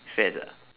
fats ah